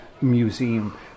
museum